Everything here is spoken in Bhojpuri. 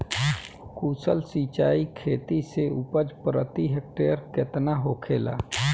कुशल सिंचाई खेती से उपज प्रति हेक्टेयर केतना होखेला?